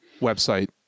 website